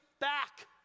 back